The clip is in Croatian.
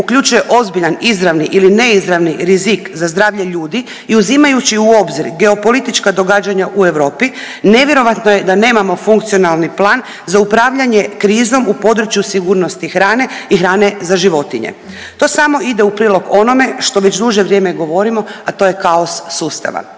uključuje ozbiljan izravni ili neizravni rizik za zdravlje ljudi i uzimajući u obzir geopolitička događanja u Europi nevjerojatno je da nemamo funkcionalni plan za upravljanje krizom u području sigurnosti hrane i hrane za životinje. To samo ide u prilog onome što već duže vrijeme govorimo, a to je kaos sustava.